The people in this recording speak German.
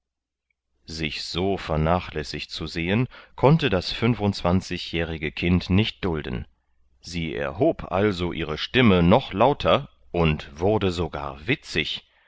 sich so vernachlässigt zu sehen konnte das fünfundzwanzigjährige kind nicht dulden sie erhob also ihre stimme noch lauter und wurde sogar witzig